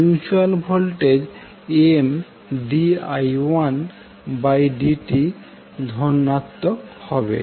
mutual voltage Mdi1dt ধনাত্মক হবে